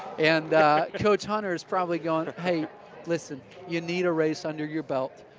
and coach hunter is probably going, hey, listen, you need a race under your belt,